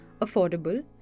affordable